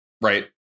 Right